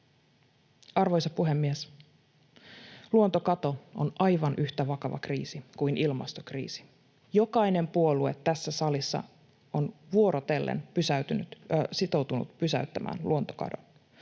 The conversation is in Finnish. Arvoisa puhemies! Luontokato on aivan yhtä vakava kriisi kuin ilmastokriisi. Jokainen puolue tässä salissa on vuorotellen sitoutunut pysäyttämään luontokadon.